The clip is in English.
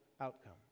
outcome